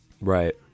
Right